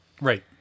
Right